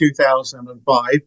2005